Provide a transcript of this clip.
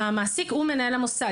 המעסיק הוא מנהל המוסד.